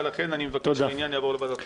ולכן אני מבקש שהעניין יעבור לוועדת חוקה.